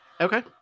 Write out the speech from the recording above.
Okay